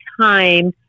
time